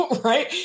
right